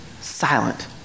silent